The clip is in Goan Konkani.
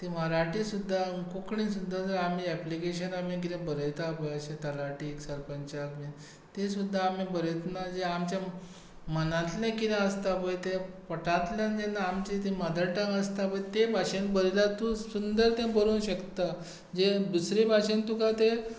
ती मराठी सुद्दां कोंकणींत सुद्दा जर आमी एप्लीकेशना बीन किदें बरयता पळय अशें तलाटीक सरपंचाक बी ती सुद्दां आमी बरयतना जे आमचें मनांतलें कितें आसता पळय तें पोटांतल्यान जेन्ना आमची ती मदरटंग आसता पळय ते भाशेन बरयल्यार तूं सुंदर तें बरो शकता जे दुसरे भाशेन तुका तें